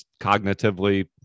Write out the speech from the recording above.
cognitively